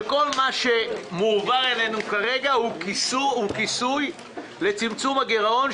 שכל מה שמובא אלינו כרגע הוא כיסוי לצמצום הגירעון,